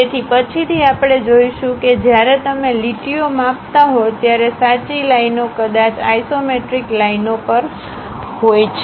તેથી પછીથી આપણે જોશું કે જ્યારે તમે લીટીઓ માપતા હો ત્યારે સાચી લાઇનો કદાચ આઇસોમેટ્રિક લાઇનો પર હોય છે